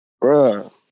Bro